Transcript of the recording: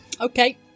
Okay